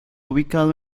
ubicado